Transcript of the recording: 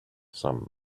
some